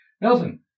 Nelson